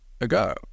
ago